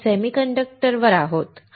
आम्ही सेमीकंडक्टर वर आहोत